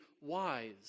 wise